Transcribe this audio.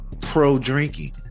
pro-drinking